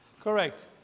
correct